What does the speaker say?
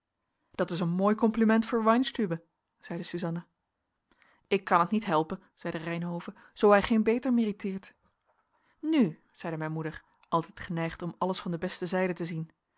dat is een mooi compliment voor weinstübe zeide suzanna ik kan het niet helpen zeide reynhove zoo hij geen beter meriteert nu zeide mijn moeder altijd geneigd om alles van de beste zijde te zien